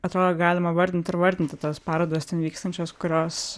atrodo galima vardinti ir vardinti tas parodas ten vykstančias kurios